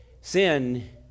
Sin